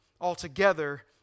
altogether